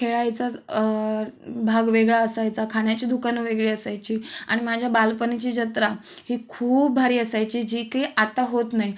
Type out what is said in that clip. खेळायचाच भाग वेगळा असायचा खाण्याची दुकानं वेगळी असायची आणि माझ्या बालपणीची जत्रा ही खूप भारी असायची जी की आता होत नाही